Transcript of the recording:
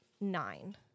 nine